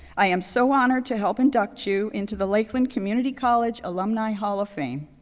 i am so honored to help induct you into the lakeland community college alumni hall of fame.